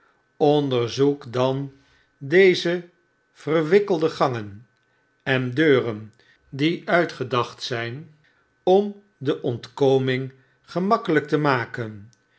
dan deze verwikkelde gangen en deuren die uitgedacht zjjn om de ontkoming gemakkelijk te maken